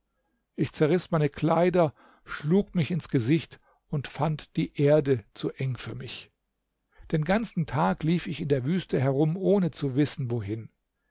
ich zerriß meine kleider schlug mich ins gesicht und fand die erde zu eng für mich den ganzen tag lief ich in der wüste herum ohne zu wissen wohin